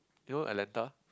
you know Atlanta